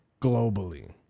globally